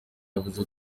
yavuze